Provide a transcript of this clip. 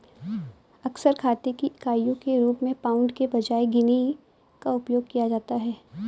अक्सर खाते की इकाइयों के रूप में पाउंड के बजाय गिनी का उपयोग किया जाता है